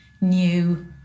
new